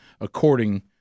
according